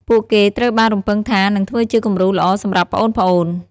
ពួកគេត្រូវបានរំពឹងថា នឹងធ្វើជាគំរូល្អសម្រាប់ប្អូនៗ។